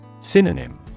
Synonym